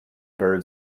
bird